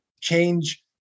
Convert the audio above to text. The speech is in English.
change